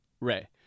Ray